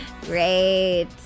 Great